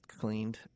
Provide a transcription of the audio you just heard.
cleaned